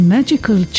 Magical